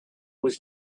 was